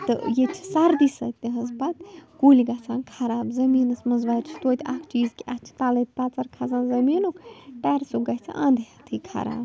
تہٕ ییٚتہِ چھِ سردی سۭتۍ تہِ حظ پتہٕ کُلۍ گژھان خراب زٔمیٖنَس منٛز وَرِش توتہِ اَکھ چیٖز کہِ اَتھ چھِ تَلَے تَژَر کھسان زٔمیٖنُک ٹٮ۪رسُک گژھِ اَنٛد ہٮ۪تھٕے خراب